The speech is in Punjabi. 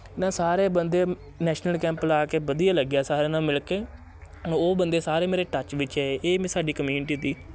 ਇਹਨਾ ਸਾਰੇ ਬੰਦੇ ਨੈਸ਼ਨਲ ਕੈਂਪ ਲਾ ਕੇ ਵਧੀਆ ਲੱਗਿਆ ਸਾਰਿਆਂ ਨੂੰ ਮਿਲ ਕੇ ਹੁਣ ਉਹ ਬੰਦੇ ਸਾਰੇ ਮੇਰੇ ਟੱਚ ਵਿੱਚ ਏ ਇਹ ਸਾਡੀ ਕਮਿਊਨਿਟੀ ਤੀ